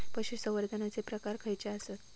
पशुसंवर्धनाचे प्रकार खयचे आसत?